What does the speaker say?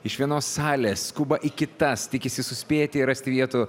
iš vienos salės skuba į kitas tikisi suspėti ir rasti vietų